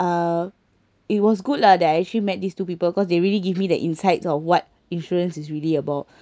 uh it was good lah that I actually met these two people cause they really give me the insights of what insurance is really about